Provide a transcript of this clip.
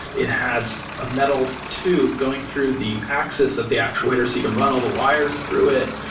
it has a metal tube going through the axis of the actuator so you can run all the wires through it.